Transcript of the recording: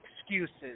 excuses